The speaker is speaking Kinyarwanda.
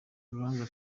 urubanza